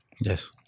Yes